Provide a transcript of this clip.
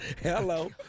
Hello